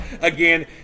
again